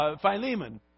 Philemon